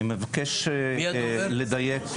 אני מבקש לדייק.